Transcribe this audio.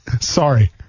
Sorry